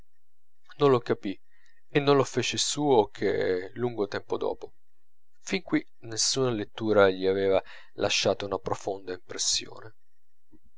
non lo capì e non lo fece suo che lungo tempo dopo fin qui nessuna lettura gli aveva lasciata una profonda impressione